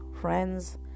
friends